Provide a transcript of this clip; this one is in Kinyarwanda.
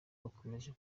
bakomeje